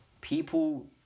people